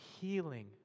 healing